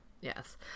Yes